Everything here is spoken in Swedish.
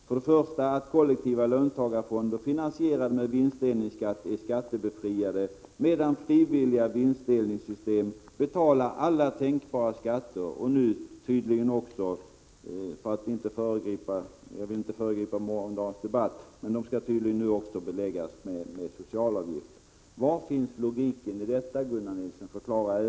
Den ena är att kollektiva löntagarfonder, finansierade med vinstdelningsskatt, är skattebefriade, medan frivilliga vinstdelningssystem betalar alla tänkbara skatter. Jag vill inte föregripa morgondagens debatt, men de sistnämnda skall tydligen nu också beläggas med socialavgifter. Var finns logiken i detta, Gunnar Nilsson? Förklara det!